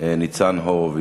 ניצן הורוביץ.